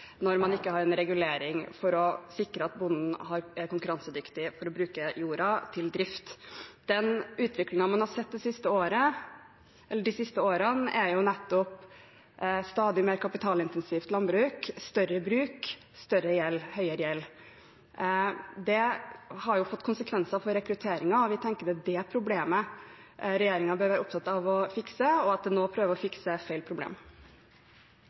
når man ikke har en regulering for å sikre at bonden er konkurransedyktig med hensyn til å bruke jorda til drift. Den utviklingen man har sett de siste årene, er nettopp et stadig mer kapitalintensivt landbruk, større bruk og høyere gjeld. Det har fått konsekvenser for rekrutteringen, og vi tenker at det er det problemet regjeringen bør være opptatt av å fikse, og at de nå prøver å fikse feil problem.